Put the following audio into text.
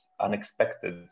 unexpected